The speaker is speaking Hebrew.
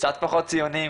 קצת פחות ציונים,